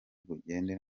bugende